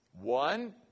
One